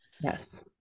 Yes